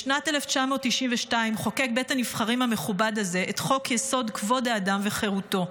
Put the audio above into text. בשנת 1992 חוקק בית הנבחרים המכובד הזה את חוק-יסוד: כבוד האדם וחירותו.